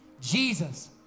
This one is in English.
Jesus